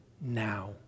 now